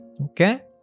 Okay